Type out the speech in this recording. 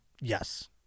Yes